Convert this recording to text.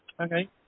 okay